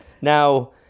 Now